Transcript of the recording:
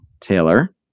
Taylor